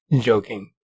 Joking